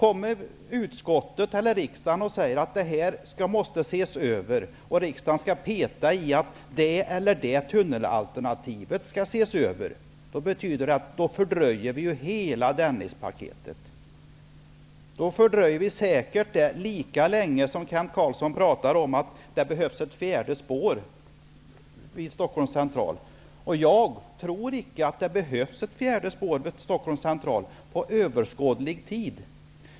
Om nu riksdagen säger att den måste ses över och att det ena eller det andra tunnelalternativet måste ses över, fördröjer vi hela Dennispaketets genomförande. Då fördröjs ju hela Dennispaketet säkert lika länge som det enligt Kent Carlsson lär dröja tills det blir ett fjärde spår vid Stockholm central. Jag tror icke att det behövs ett fjärde spår under överskådlig tid.